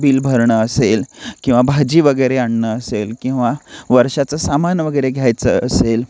bill भरणं असेल किंवा भाजी वगैरे आणणं असेल किंवा वर्षाचं सामान वगैरे घ्यायचं असेल